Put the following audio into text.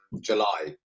July